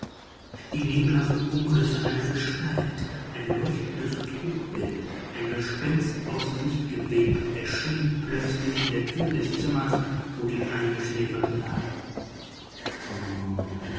die nebelhaften umrisse einer gestalt ein leuchtendes trugbild ein gespenst aus licht gewebt erschien plötzlich in der tür des zimmers wo die eingeschläferte lag